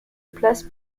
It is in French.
place